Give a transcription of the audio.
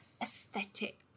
aesthetic